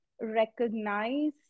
recognize